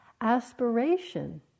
Aspiration